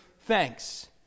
thanks